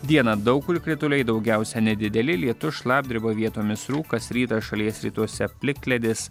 dieną daug kur krituliai daugiausia nedideli lietus šlapdriba vietomis rūkas rytą šalies rytuose plikledis